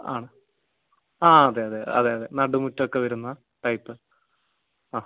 ആണ് ആ അതെ അതെ അതെ അതെ നടുമുറ്റമൊക്കെ വരുന്ന ടൈപ്പ് ആ